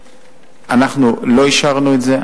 אנחנו לא אישרנו את זה.